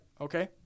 Okay